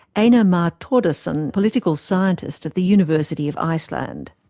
einar mar thordarson, political scientist at the university of iceland.